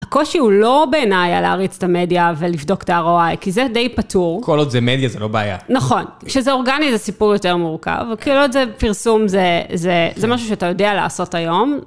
הקושי הוא לא בעיניי להריץ את המדיה ולבדוק את הROI, כי זה די פתור. כל עוד זה מדיה, זה לא בעיה. נכון. כשזה אורגני, זה סיפור יותר מורכב, כאילו עוד זה פרסום, זה משהו שאתה יודע לעשות היום.